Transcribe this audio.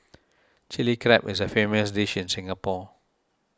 Chilli Crab is a famous dish in Singapore